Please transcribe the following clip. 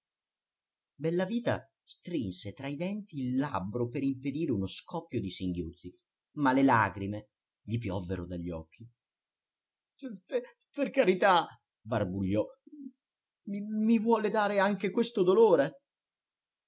notajo bellavita strinse tra i denti il labbro per impedire uno scoppio di singhiozzi ma le lagrime gli piovvero dagli occhi pe per carità barbugliò i vuol dare anche questo dolore